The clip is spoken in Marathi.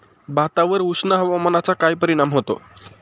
भातावर उष्ण हवामानाचा काय परिणाम होतो?